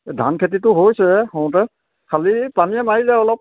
এই ধান খেতিটো হৈছে হওঁতে খালি পানীয়ে মাৰি যায় অলপ